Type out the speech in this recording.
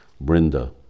Brenda